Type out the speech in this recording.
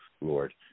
Lord